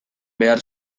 behar